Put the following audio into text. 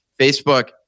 Facebook